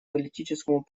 политическому